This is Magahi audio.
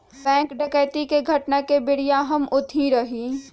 बैंक डकैती के घटना के बेरिया हम ओतही रही